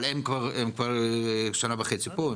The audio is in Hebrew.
אבל הם כבר שנה וחצי פה.